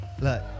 Look